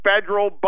federal